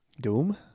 Doom